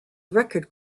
record